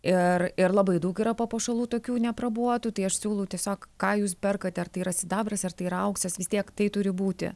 ir ir labai daug yra papuošalų tokių neprabuotų tai aš siūlau tiesiog ką jūs perkate ar tai yra sidabras ar tai yra auksas vis tiek tai turi būti